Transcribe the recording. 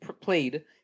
played-